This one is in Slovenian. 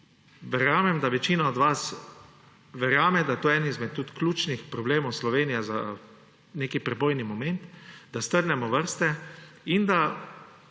verjamem, da večina od vas verjame, da je to eden izmed ključnih problemov Slovenije za nek prebojni moment, da strnemo vrste in da